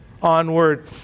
Onward